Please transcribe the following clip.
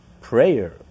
prayer